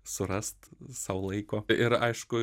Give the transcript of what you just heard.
surast sau laiko ir aišku